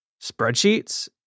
spreadsheets